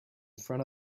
front